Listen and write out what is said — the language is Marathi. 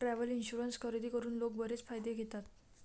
ट्रॅव्हल इन्शुरन्स खरेदी करून लोक बरेच फायदे घेतात